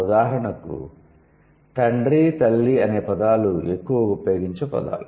ఉదాహరణకు 'తండ్రి తల్లి' అనే పదాలు ఎక్కువగా ఉపయోగించే పదాలు